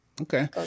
okay